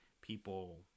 people